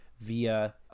Via